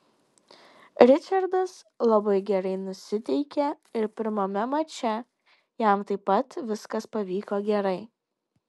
ričardas labai gerai nusiteikė ir pirmame mače jam taip pat viskas pavyko gerai